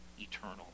eternal